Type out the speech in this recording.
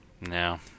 No